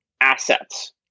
assets